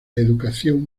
educación